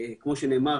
כמו שנאמר,